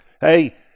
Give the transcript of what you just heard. Hey